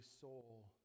soul